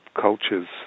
cultures